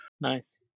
Nice